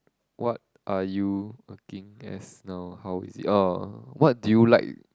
what are you working as now how is it oh what do you like